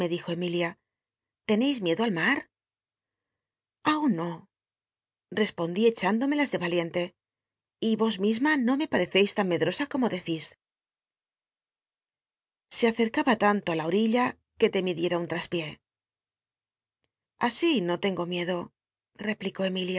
dijo emilia tenei mie do al mar aun no respondí cchündomelas de ral ienlc y os misma no me pareccis tan medrosa como decís se acercaba tan lo la oilla que lemi diera un lra pié así no tengo miedo l'eplicó